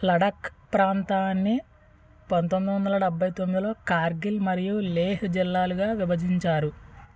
లడఖ్ ప్రాంత్రాన్ని పంతొమ్మిది వందల డెబ్బై తొమ్మిదిలో కార్గిల్ మరియు లేహ్ జిల్లాలుగా విభజించారు